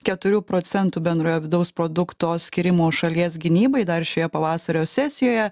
keturių procentų bendrojo vidaus produkto skyrimo šalies gynybai dar šioje pavasario sesijoje